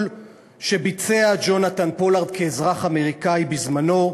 שביצע ג'ונתן פולארד כאזרח אמריקני בזמנו,